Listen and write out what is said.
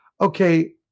okay